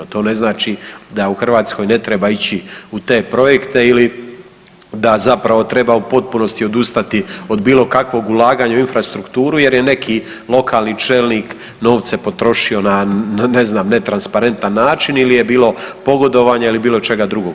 To ne znači da u Hrvatskoj ne treba ići u te projekte ili da zapravo treba u potpunosti odustati od bilokakvog ulaganja u infrastrukturu jer je neki lokalni čelnik novce potrošio na ne znam, netransparentan način ili je bilo pogodovanje ili je bilo čega drugog.